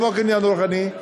איפה הקניין הרוחני?